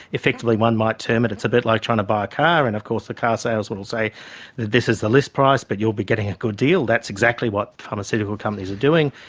effectively one might term it it's a bit like trying to buy a car, and of course the car salesman will say that this is the list price but you'll be getting a good deal. that's exactly what pharmaceutical companies are doing.